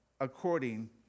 according